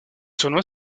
tournoi